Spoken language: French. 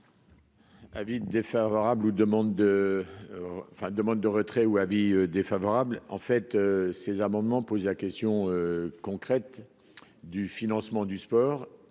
de enfin, demande de retrait ou avis défavorable, en fait, ces amendements posé la question concrète du financement du sport